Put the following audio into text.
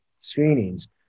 screenings